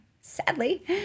Sadly